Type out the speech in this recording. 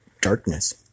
darkness